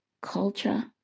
culture